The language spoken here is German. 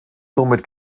somit